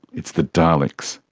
it's the daleks.